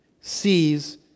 sees